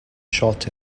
shot